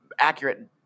accurate